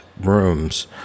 rooms